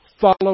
follow